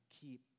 keep